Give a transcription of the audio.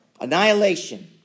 Annihilation